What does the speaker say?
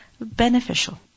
beneficial